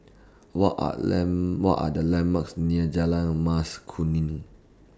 What Are Land What Are The landmarks near Jalan Mas Kuning